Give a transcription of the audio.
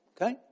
Okay